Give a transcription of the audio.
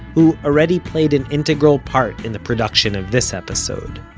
who already played an integral part in the production of this episode